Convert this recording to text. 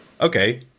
Okay